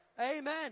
Amen